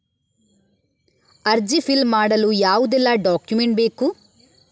ಅರ್ಜಿ ಫಿಲ್ ಮಾಡಲು ಯಾವುದೆಲ್ಲ ಡಾಕ್ಯುಮೆಂಟ್ ಬೇಕು?